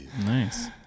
Nice